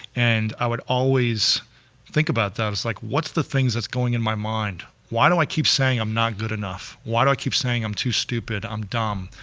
and i would always think about, i was like what's the things that's going in my mind? why do i keep saying i'm not good enough? why do i keep saying i'm too stupid, i'm dumb,